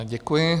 Děkuji.